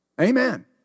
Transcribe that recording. Amen